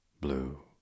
Blue